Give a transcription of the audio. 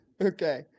Okay